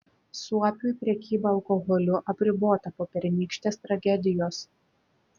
suopiui prekyba alkoholiu apribota po pernykštės tragedijos